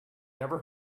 never